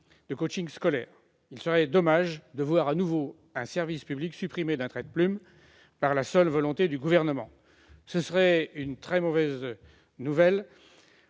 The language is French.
de scolaire privées. Il serait dommageable de voir de nouveau un service public supprimé d'un trait de plume par la seule volonté du Gouvernement. Ce serait une très mauvaise nouvelle